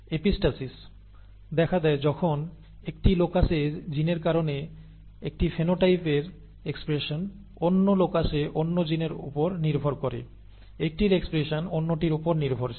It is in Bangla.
এপিস্টাসিস দেখা দেয় যখন একটি লোকাসে জিনের কারণে একটি ফেনোটাইপের এক্সপ্রেশন অন্য লোকাসে অন্য জিনের উপর নির্ভর করে একটির এক্সপ্রেশন অন্যটির উপর নির্ভরশীল